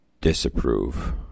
disapprove